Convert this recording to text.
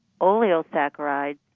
Oleosaccharides